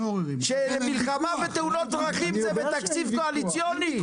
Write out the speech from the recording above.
שמלחמה בתאונות דרכים זה בתקציב קואליציוני.